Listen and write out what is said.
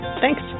Thanks